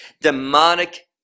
demonic